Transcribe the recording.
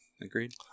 Agreed